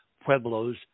Pueblos